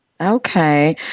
Okay